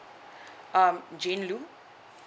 um jane loo